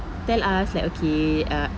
tell us like okay uh